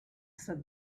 said